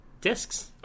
Discs